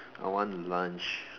I want lunch